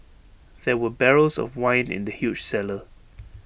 there were barrels of wine in the huge cellar